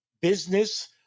business